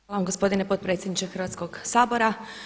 Hvala vam gospodine potpredsjedniče Hrvatskog sabora.